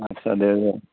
आच्चा दे